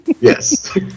Yes